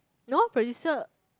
no prodcer